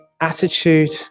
Attitude